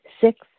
Six